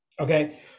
Okay